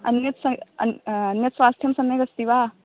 अन्यत् स अन्य अन्यत् स्वास्थ्यं सम्यगस्ति वा